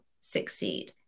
succeed